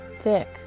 thick